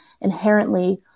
inherently